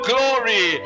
Glory